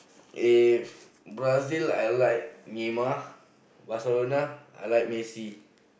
in Brazil I like Myanmar Barcelona I like Merciel